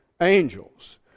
Angels